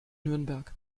nürnberg